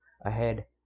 ahead